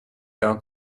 out